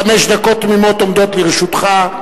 חמש דקות תמימות עומדות לרשותך.